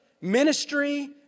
ministry